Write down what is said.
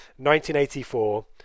1984